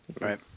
Right